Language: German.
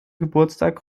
geburtstag